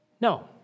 No